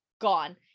gone